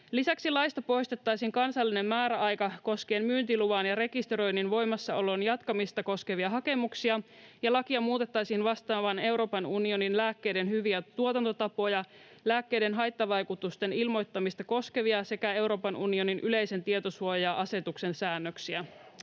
Lisäksi laista poistettaisiin kansallinen määräaika koskien myyntiluvan ja rekisteröinnin voimassaolon jatkamista koskevia hakemuksia ja lakia muutettaisiin vastaamaan Euroopan unionin lääkkeiden hyviä tuotantotapoja, lääkkeiden haittavaikutusten ilmoittamista koskevia sekä Euroopan unionin yleisen tietosuoja-asetuksen säännöksiä.